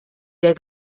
der